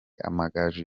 amagaju